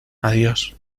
adiós